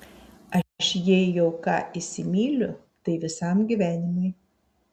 aš jei jau ką įsimyliu tai visam gyvenimui